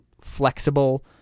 flexible